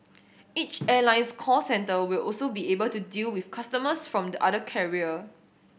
each airline's call centre will also be able to deal with customers from the other carrier